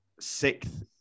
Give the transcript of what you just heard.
sixth